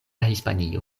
hispanio